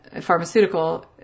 pharmaceutical